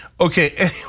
Okay